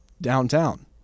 downtown